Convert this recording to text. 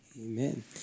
Amen